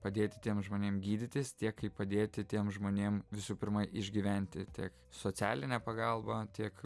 padėti tiem žmonėm gydytis tiek kaip padėti tiem žmonėm visų pirma išgyventi tiek socialinę pagalbą tiek